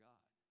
God